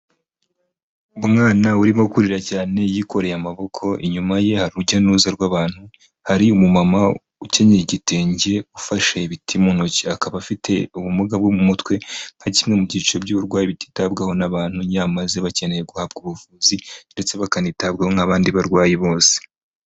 Umwana urimo kurira cyane yikoreye amaboko, inyuma ye hari urujya n'uruza rw'abantu, hari umumama ukenyeye igitenge ufashe ibiti mu ntoki. Akaba afite ubumuga bwo mu mutwe, nka kimwe mu byiciro by'uburwayi bititabwaho n'abantu, nyamaze bakeneye guhabwa ubuvuzi ndetse bakanitabwaho nk'abandi barwayi bose.